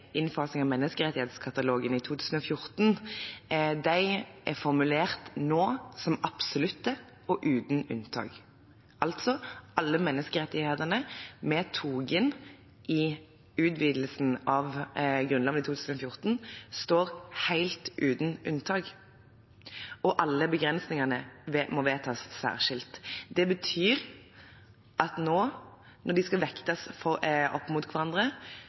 av menneskerettighetskatalogen i 2014, er formulert nå som absolutte og uten unntak. Altså: Alle menneskerettighetene vi tok inn i utvidelsen av Grunnloven i 2014, står helt uten unntak, og alle begrensningene må vedtas særskilt. Det betyr at når de skal vektes opp mot hverandre,